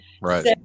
Right